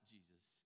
Jesus